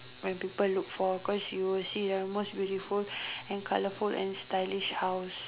when people look for cause you will see the most beautiful and colourful and stylish house